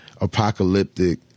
apocalyptic